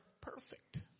perfect